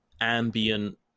ambient